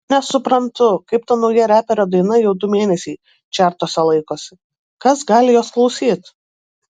nesuprantu kaip ta nauja reperio daina jau du mėnesiai čertuose laikosi kas gali jos klausyt